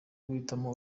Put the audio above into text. guhitamo